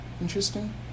Interesting